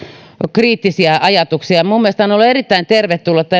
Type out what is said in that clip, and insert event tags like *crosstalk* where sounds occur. kriittisiä ajatuksia minun mielestäni on ollut erittäin tervetullutta *unintelligible*